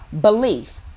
belief